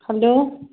hello